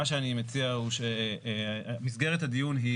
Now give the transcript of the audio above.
מה שאני מציע הוא שבמסגרת הדיון,